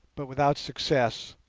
but without success.